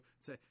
say